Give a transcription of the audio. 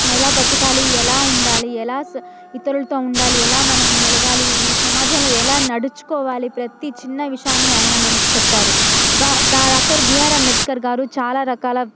ఎలా బ్రతకాలి ఎలా ఉండాలి ఎలా స ఇతరులతో ఉండాలి ఎలా మనం మెలగాలి ఇవి ఈ సమాజంలో ఎలా నడుచుకోవాలి ప్రతీ చిన్న విషయాన్ని ఆయన మనకు చెప్పారు బా డాక్టర్ బీఆర్ అంబేద్కర్ గారు చాలా రకాల